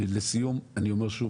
לסיום, אני אומר שוב,